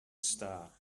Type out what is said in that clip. star